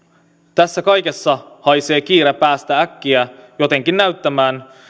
tässä kaikessa haisee kiire päästä äkkiä jotenkin näyttämään